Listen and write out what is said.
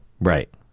Right